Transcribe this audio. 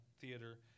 theater